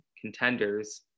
contenders